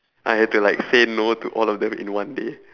I had to like say no to all of them in one day